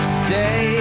stay